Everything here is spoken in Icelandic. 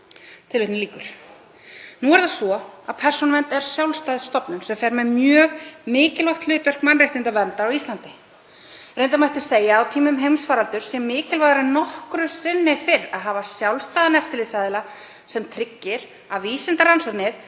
dómstólum“. Nú er það svo að Persónuvernd er sjálfstæð stofnun sem fer með mjög mikilvægt hlutverk mannréttindaverndar á Íslandi. Reyndar mætti segja að á tímum heimsfaraldurs sé mikilvægara en nokkru sinni fyrr að hafa sjálfstæðan eftirlitsaðila sem tryggir að vísindarannsóknir